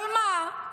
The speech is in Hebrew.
אבל מה,